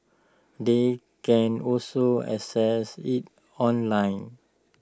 they can also access IT online